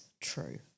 true